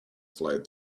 flight